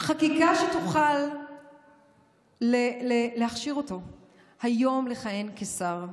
חקיקה שתוכל להכשיר אותו היום לכהן כשר,